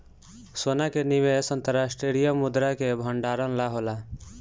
सोना के निवेश अंतर्राष्ट्रीय मुद्रा के भंडारण ला होला